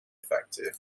effective